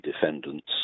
defendants